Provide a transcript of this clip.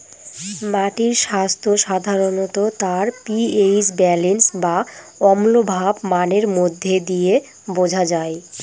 মাটির স্বাস্থ্য সাধারনত তার পি.এইচ ব্যালেন্স বা অম্লভাব মানের মধ্যে দিয়ে বোঝা যায়